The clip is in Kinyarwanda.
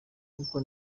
uko